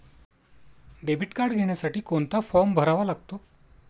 Debit card घेण्यासाठी कोणता form भरावा लागतो?